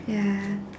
ya